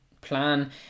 plan